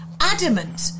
adamant